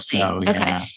Okay